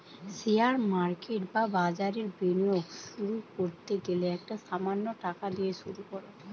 share market বা বাজারে বিনিয়োগ শুরু করতে গেলে একটা সামান্য টাকা দিয়ে শুরু করো